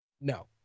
No